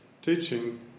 teaching